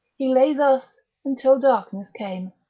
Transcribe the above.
he lay thus until darkness came,